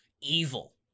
evil